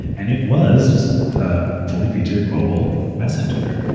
and it was a fully featured mobile messenger,